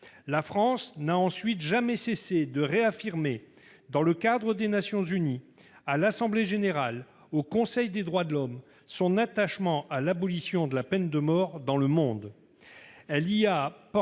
La France n'a jamais cessé de réaffirmer dans le cadre des Nations unies, à l'assemblée générale comme au conseil des droits de l'homme, son attachement à l'abolition de la peine de mort dans le monde